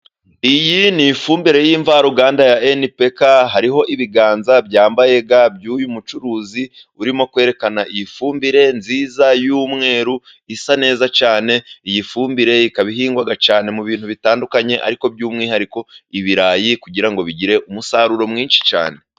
Iyi ni ifumbire y'imvaruganda ya NPKA, hariho ibiganza byambaye ga by'uyu mucuruzi urimo kwerekana iyi fumbire nziza y'umweru, isa neza cyane. Iyi fumbire ikaba ihingwa cyane mu bintu bitandukanye, ariko by'umwihariko ibirayi, kugira ngo bigire umusaruro mwinshi cyane.